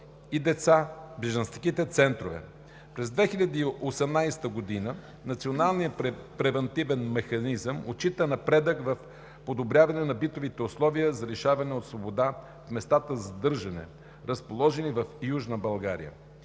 и деца, бежанските центрове. През 2018 г. Националният превантивен механизъм отчита напредък в подобряване на битовите условия на лишените от свобода в местата за задържане, разположени в Южна България.